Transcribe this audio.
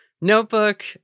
notebook